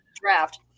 draft